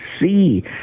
see